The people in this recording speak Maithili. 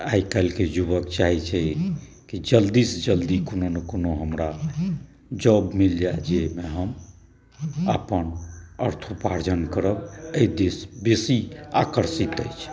आइकाल्हि के युवक चाहै छै की जल्दी सँ जल्दी कोनो ने कोनो हमरा जॉब मिल जा जाहिमे हम अपन अर्थोपार्जन करब एहिदिस बेसी आकर्षित अछि